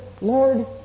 Lord